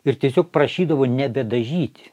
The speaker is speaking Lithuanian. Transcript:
ir tiesiog prašydavo nebedažyti